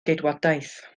geidwadaeth